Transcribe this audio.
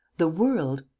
the world.